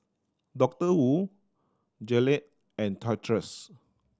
Doctor Wu Gillette and Toy Us